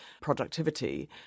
productivity